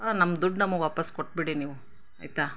ಹಾಂ ನಮ್ಮ ದುಡ್ಡು ನಮಗೆ ವಾಪಸ್ಸು ಕೊಟ್ಟುಬಿಡಿ ನೀವು ಆಯಿತಾ